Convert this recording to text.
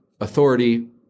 authority